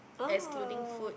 oh